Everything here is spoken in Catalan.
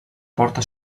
porta